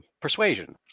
persuasion